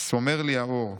'סומר לי העור,